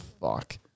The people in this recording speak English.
fuck